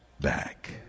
back